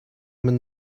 man